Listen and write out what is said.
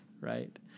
right